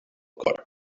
cor